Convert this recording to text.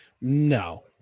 no